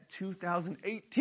2018